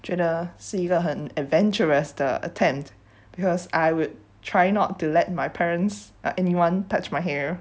觉得是一个很 adventurous 的 attempt because I would try not to let my parents or anyone touch my hair